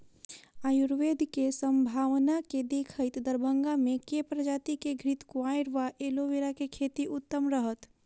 आयुर्वेद केँ सम्भावना केँ देखैत दरभंगा मे केँ प्रजाति केँ घृतक्वाइर वा एलोवेरा केँ खेती उत्तम रहत?